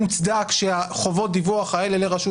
בסיכון למה?